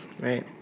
right